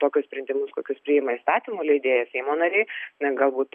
tokius sprendimus kokius priima įstatymų leidėjai seimo nariai na galbūt